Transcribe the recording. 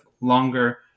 longer